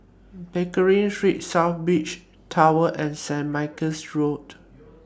Pickering Street South Beach Tower and Saint Michael's Road